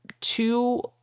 two